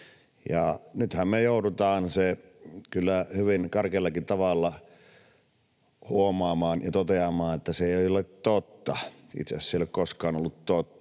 Ja nythän me joudutaan kyllä hyvin karkeallakin tavalla huomaamaan ja toteamaan, että se ei ole totta — itse asiassa se ei ole koskaan ollut totta.